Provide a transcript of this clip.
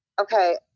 okay